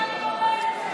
הינה, אני אומרת לך.